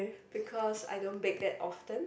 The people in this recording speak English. because I don't bake that often